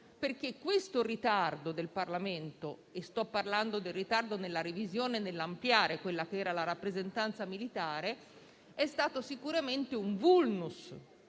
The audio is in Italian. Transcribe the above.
perché questo ritardo del Parlamento - e sto parlando del ritardo nella revisione e nell'ampliamento di quella che era la rappresentanza militare - è stato sicuramente un *vulnus*.